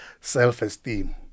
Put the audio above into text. self-esteem